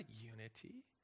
unity